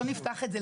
לא נפתח את זה,